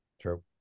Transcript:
true